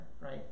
right